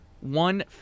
one